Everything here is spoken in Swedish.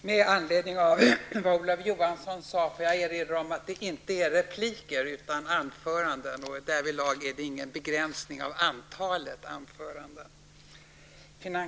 Med anledning av vad Olof Johansson sade får jag erinra om att det inte är fråga om repliker utan anföranden. Därvid är det inte någon begränsning av antalet anföranden.